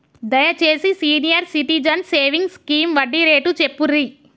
దయచేసి senior citizens savings scheme వడ్డీ rate చెప్పుర్రి